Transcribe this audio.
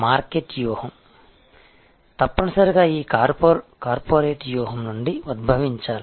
marketing వ్యూహం తప్పనిసరిగా ఆ కార్పొరేట్ వ్యూహం నుండి ఉద్భవించాలి